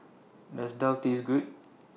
Does Daal Taste Good